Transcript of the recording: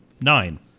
Nine